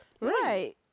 Right